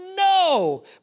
No